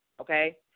okay